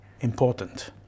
important